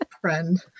friend